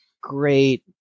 great